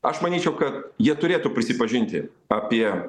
aš manyčiau kad jie turėtų prisipažinti apie